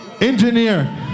Engineer